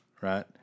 Right